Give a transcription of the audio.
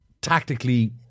tactically